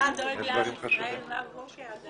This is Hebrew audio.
אתה דואג לעם ישראל מהבוקר עד הערב.